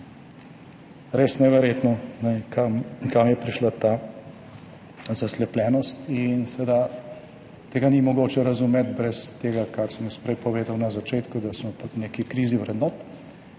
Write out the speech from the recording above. res neverjetno, kam je prišla ta zaslepljenost. Seveda tega ni mogoče razumeti brez tega, kar sem jaz prej povedal na začetku, da smo v neki krizi vrednot,